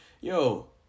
Yo